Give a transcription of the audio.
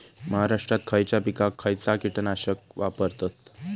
महाराष्ट्रात खयच्या पिकाक खयचा कीटकनाशक वापरतत?